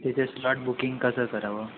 त्याचं slot booking कसं करावं